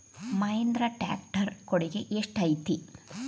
Mahindra tractor ಕೊಡುಗೆ ಎಷ್ಟು ಐತಿ?